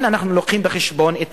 כן, אנחנו מביאים בחשבון את